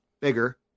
bigger